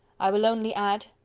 i will only add,